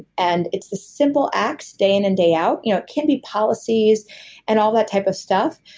and it's the simple acts day in and day out. you know it can be policies and all that type of stuff,